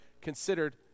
considered